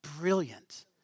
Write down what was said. brilliant